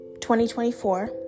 2024